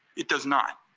it does not?